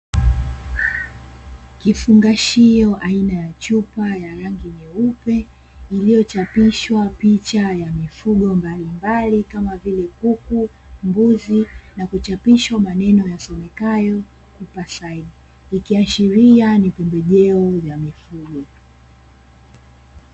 Kifungashio aina ya chupa ya rangi nyeupe iliyochapishwa picha ya mifugo mbalimbali kama vile kuku, mbuzi na kuchapishwa maneno kama vile kupacide ikiashiria ni pembejeo ya mifugo.